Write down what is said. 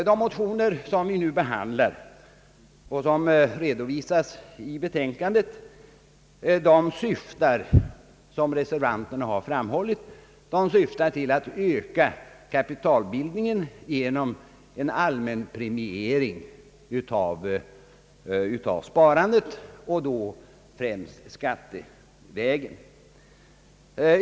De motioner som vi nu behandlar och som redovisas i betärikandet syftar, som reservanterna har framhållit, till att öka kapitalbildningen genom en allmän premiering av sparandet, främst skattevägen.